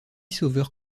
sauveur